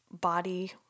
body